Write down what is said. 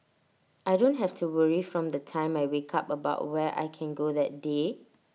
I don't have to worry from the time I wake up about where I can go that day